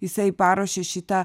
jisai paruošė šitą